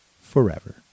forever